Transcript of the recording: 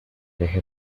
deje